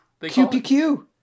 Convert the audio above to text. QPQ